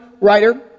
writer